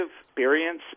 experience